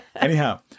Anyhow